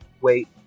wait